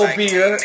beer